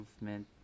movement